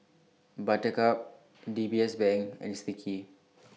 Buttercup D B S Bank and Sticky